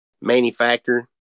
manufacturer